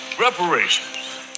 Reparations